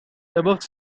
above